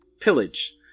pillage